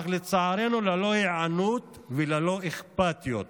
אך לצערנו, ללא היענות וללא אכפתיות.